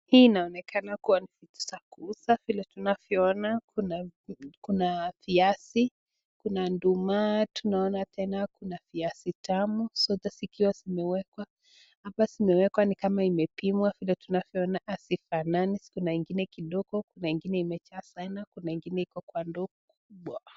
Hii inaonekana kua ni viti za kuuza, vile tunavyoona kuna viazi, kuna nduma kuna mara tunaona tena kuna viazi tamu zote zikiwa zimewekwa hapa zimewekwa ni kama zimepimwa vile tunavyoona hazifanani kuna ingine kidogo na ingine imejaa sana na ingine iko kwa ndoo kubwa.